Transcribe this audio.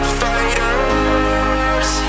fighters